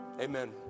Amen